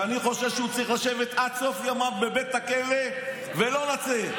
שאני חושב שהוא צריך לשבת עד סוף ימיו בבית הכלא ולא לצאת,